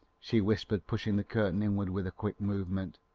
she whispered, pushing the curtain inward with a quick movement.